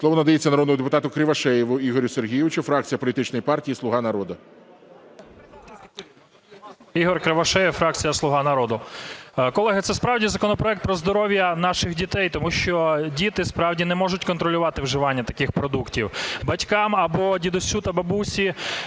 Слово надається народному депутату Кривошеєву Ігорю Сергійовичу, фракція політичної партії "Слуга народу". 14:48:41 КРИВОШЕЄВ І.С. Ігор Кривошеєв, фракція "Слуга народу". Колеги, це справді законопроект про здоров'я наших дітей, тому що діти справді не можуть контролювати вживання таких продуктів. Батькам або дідусю та бабусі